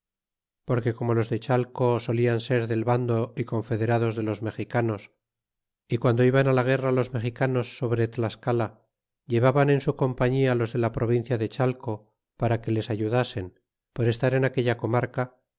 porque como los de chalet solian ser del bando y confederados de los mexicanos y guando iban la guerra los mexicanos sobre tlascala llevaban en su compañia los de la provincia de chateo para que les ayudasen por estar en aquella comarca